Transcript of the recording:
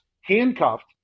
handcuffed